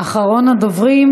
אחרון הדוברים.